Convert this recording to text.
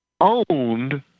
owned